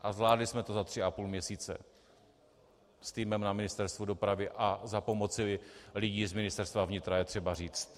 A zvládli jsme to za tři a půl měsíce s týmem na Ministerstvu dopravy a za pomoci lidí z Ministerstva vnitra, je třeba říct.